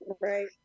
Right